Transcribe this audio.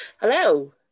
Hello